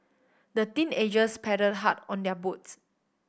the teenagers paddled hard on their boats